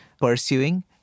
pursuing